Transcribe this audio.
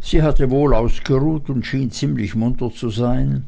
sie hatte wohl ausgeruht und schien ziemlich munter zu sein